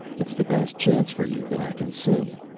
it's the best chance for you that i can see.